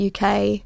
UK